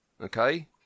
Okay